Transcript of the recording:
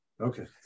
Okay